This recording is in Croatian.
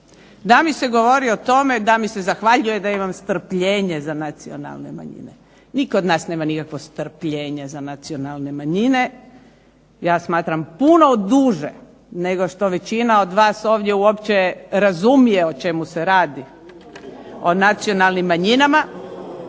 da mi se govori o tome da mi se zahvaljuje da imam strpljenje za nacionalne manjine. Nitko od nas nema nikakvo strpljenje za nacionalne manjine. Ja smatram puno duže nego što većina od vas ovdje uopće razumije o čemu se radi, o nacionalnim manjinama,